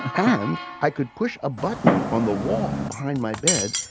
and, i could push a button on the wall, behind my bed,